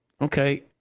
Okay